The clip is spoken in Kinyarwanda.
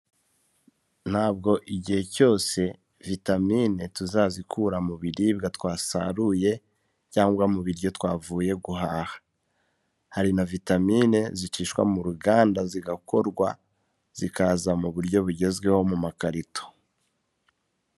Ntabwo igihe cyose vitamine tuzazikura mu biribwa twasaruye cyangwa mu biryo twavuye guhaha, hari na vitamine zicishwa mu ruganda zigakorwa zikaza mu buryo bugezweho mu makarito.